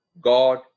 God